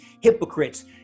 hypocrites